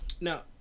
Now